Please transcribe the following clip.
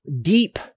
deep